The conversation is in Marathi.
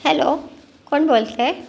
हॅलो कोण बोलत आहे